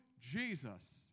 Jesus